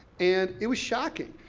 and it was shocking,